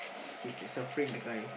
he's suffering the guy